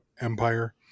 Empire